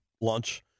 lunch